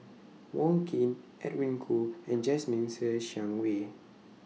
Wong Keen Edwin Koo and Jasmine Ser Xiang Wei